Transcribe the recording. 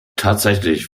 tatsächlich